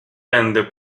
będę